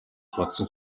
бодсон